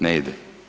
Ne ide.